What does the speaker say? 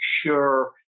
sure